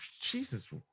Jesus